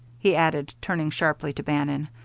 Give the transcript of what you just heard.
he added, turning sharply to bannon,